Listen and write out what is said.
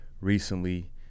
recently